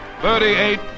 Thirty-eight